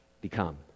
become